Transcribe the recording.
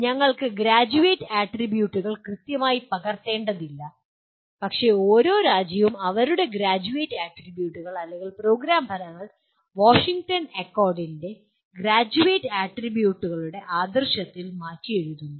ഞങ്ങൾക്ക് ഗ്രാജ്വേറ്റ് ആട്രിബ്യൂട്ടുകൾ കൃത്യമായി പകർത്തേണ്ടതില്ല പക്ഷേ ഓരോ രാജ്യവും അവരുടെ ഗ്രാജ്വേറ്റ് ആട്രിബ്യൂട്ടുകൾ അല്ലെങ്കിൽ പ്രോഗ്രാം ഫലങ്ങൾ വാഷിംഗ്ടൺ അക്കോർഡിന്റെ ഗ്രാജ്വേറ്റ് ആട്രിബ്യൂട്ടുകളുടെ ആദർശത്തിൽ മാറ്റിയെഴുതുന്നു